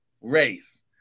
race